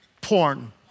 Porn